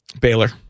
Baylor